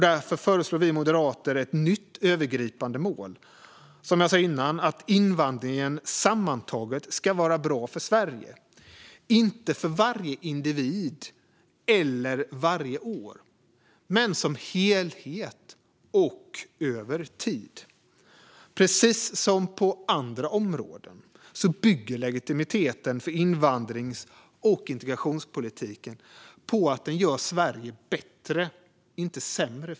Därför föreslår vi Moderater ett nytt övergripande mål, nämligen att invandringen sammantaget ska vara bra för Sverige - inte för varje individ eller varje år, men som helhet och över tid. Precis som på andra områden bygger legitimiteten för invandrings och integrationspolitiken på att den gör Sverige bättre, inte sämre.